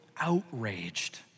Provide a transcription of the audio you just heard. outraged